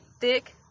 thick